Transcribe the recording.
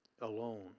Alone